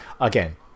again